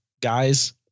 guy's